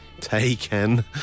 Taken